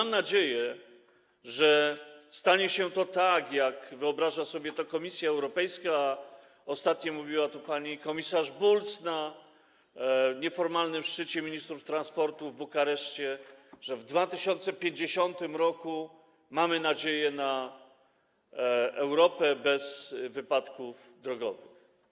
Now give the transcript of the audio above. Mam nadzieję, że stanie się tak, jak wyobraża to sobie Komisja Europejska, ostatnio mówiła to pani komisarz Bulc na nieformalnym szczycie ministrów transportu w Bukareszcie, że w 2050 r. mamy nadzieję na Europę bez wypadków drogowych.